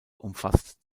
umfasst